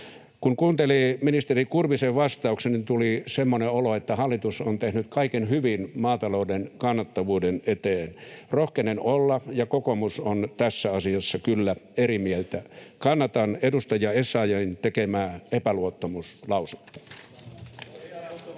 Kun kuunteli ministeri Kurvisen vastauksen, tuli semmoinen olo, että hallitus on tehnyt kaiken hyvin maatalouden kannattavuuden eteen. Rohkenen olla ja kokoomus on tässä asiassa kyllä eri mieltä. Kannatan edustaja Essayahin tekemää epäluottamuslausetta.